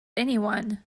anyone